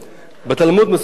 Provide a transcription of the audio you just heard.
בתלמוד מסופר